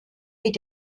mit